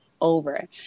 over